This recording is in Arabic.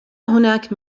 هناك